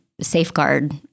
safeguard